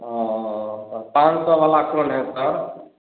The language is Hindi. औ हाँ पाँच सौ वाला कौन है सर